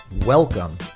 Welcome